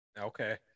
Okay